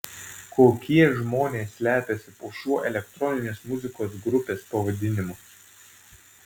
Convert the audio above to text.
kokie žmonės slepiasi po šiuo elektroninės muzikos grupės pavadinimu